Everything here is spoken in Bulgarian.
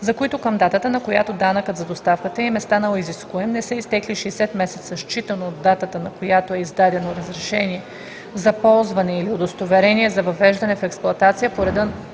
за които към датата, на която данъкът за доставката им е станал изискуем, не са изтекли 60 месеца, считано от датата, на която е издадено разрешение за ползване или удостоверение за въвеждане в експлоатация по реда